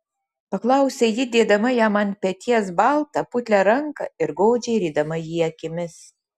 paklausė ji dėdama jam ant peties baltą putlią ranką ir godžiai rydama jį akimis